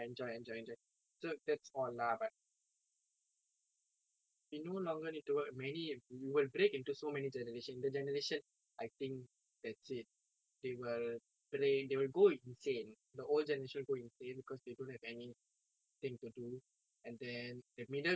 if we no longer need to work any you will break into so many generation the generation I think that's it they will pray they will go insane the old generation go insane because they don't have anything to do and then the middle generation maybe lah they will tend to